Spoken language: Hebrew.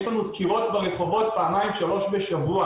יש לנו דקירות ברחובות פעמיים שלוש בשבוע.